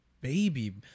baby